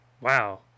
wow